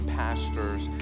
pastors